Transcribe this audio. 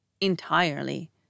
entirely